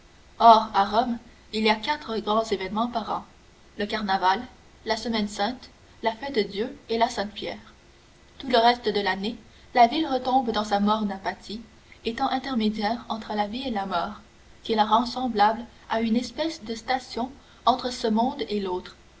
or à rome il y a quatre grands événements par an le carnaval la semaine sainte la fête-dieu et la saint-pierre tout le reste de l'année la ville retombe dans sa morne apathie état intermédiaire entre la vie et la mort qui la rend semblable à une espèce de station entre ce monde et l'autre